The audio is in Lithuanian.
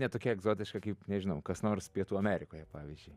ne tokia egzotiška kaip nežinau kas nors pietų amerikoje pavyzdžiui